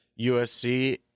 USC